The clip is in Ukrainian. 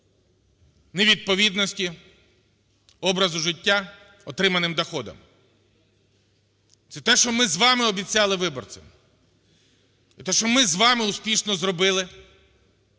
невідповідності образу життя отриманим доходам. Це те, що ми з вами обіцяли виборцям, те, що ми з вами успішно зробили.